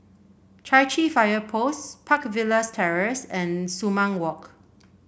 Chai Chee Fire Post Park Villas Terrace and Sumang Walk